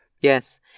Yes